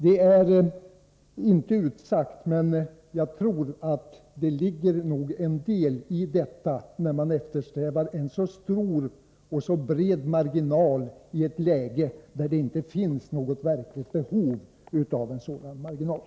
Det är inte utsagt, men jag tror att det nog ligger en del i att det är detta man har tänkt på när man eftersträvar en så stor och bred marginal i ett läge där det inte finns något verkligt behov av en sådan marginal.